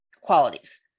qualities